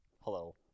Hello